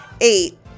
eight